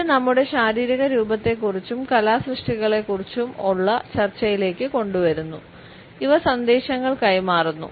ഇത് നമ്മുടെ ശാരീരിക രൂപത്തെക്കുറിച്ചും കലാസൃഷ്ടികളെക്കുറിച്ചും ഉള്ള ചർച്ചയിലേക്ക് കൊണ്ടുവരുന്നു ഇവ സന്ദേശങ്ങൾ കൈമാറുന്നു